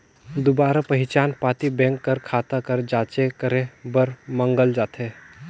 दुबारा पहिचान पाती बेंक कर खाता कर जांच करे बर मांगल जाथे